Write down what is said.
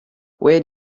wait